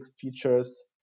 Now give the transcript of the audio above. features